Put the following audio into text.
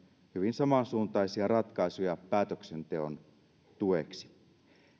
hyvin samansuuntaisia ratkaisuja päätöksenteon tueksi